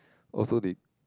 also did